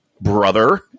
brother